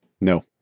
No